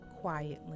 Quietly